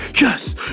Yes